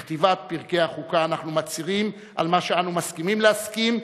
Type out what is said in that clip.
בכתיבת פרקי החוקה אנחנו מצהירים על מה שאנו מסכימים להסכים,